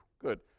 Good